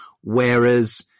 Whereas